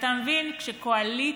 ואתה מבין שקואליציה